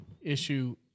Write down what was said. issue